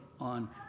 on